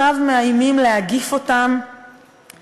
ואיכשהו עכשיו מאיימים להגיף אותם,